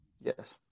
Yes